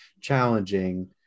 challenging